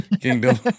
Kingdom